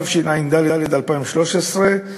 התשע"ד 2013,